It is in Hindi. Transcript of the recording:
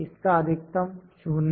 इसका अधिकतम 0 है